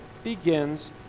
begins